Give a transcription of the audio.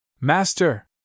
Master